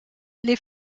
les